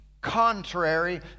contrary